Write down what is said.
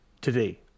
today